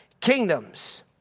kingdoms